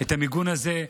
את המיגון הזה,